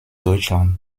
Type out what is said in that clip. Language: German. deutschland